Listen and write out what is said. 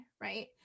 right